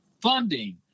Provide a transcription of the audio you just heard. funding